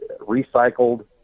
recycled